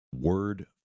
word